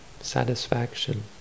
satisfaction